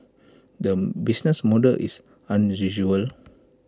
the business model is unusual